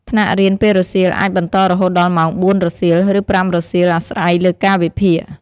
ថ្នាក់រៀនពេលរសៀលអាចបន្តរហូតដល់ម៉ោង ៤ រសៀល ឬ ៥ រសៀល អាស្រ័យលើកាលវិភាគ។